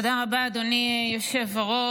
תודה רבה, אדוני היושב-ראש.